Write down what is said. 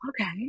okay